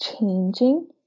changing